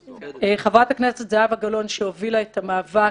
חברת הכנסת זהבה גלאון, שהובילה את המאבק,